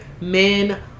men